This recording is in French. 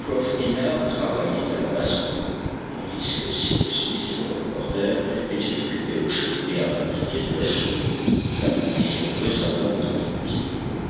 travaillaient à la basse-cour tandis que cyrus smith et le reporter étaient occupés aux cheminées à fabriquer de la soude la provision de savon étant épuisée